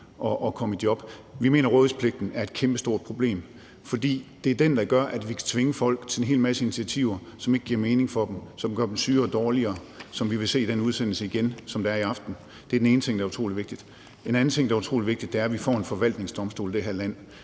Vi mener, at rådighedspligten er et kæmpestort problem, for det er den, der gør, at vi kan tvinge folk til en hel masse initiativer, som ikke giver mening for dem – som gør dem syge og dårligere. Det vil vi igen se i den udsendelse, som kommer i aften. Det er den ene ting, som er utrolig vigtig. Den anden ting, som er utrolig vigtig, er, at vi får en forvaltningsdomstol i det her land.